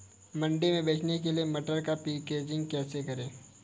मंडी में बेचने के लिए मटर की पैकेजिंग कैसे करें?